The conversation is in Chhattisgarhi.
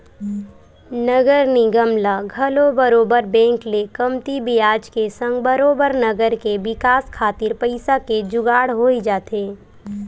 नगर निगम ल घलो बरोबर बेंक ले कमती बियाज के संग बरोबर नगर के बिकास खातिर पइसा के जुगाड़ होई जाथे